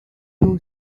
too